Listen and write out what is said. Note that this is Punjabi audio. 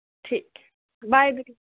ਠੀਕ ਹੈ ਬਾਏ ਦੀਦੀ